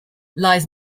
lies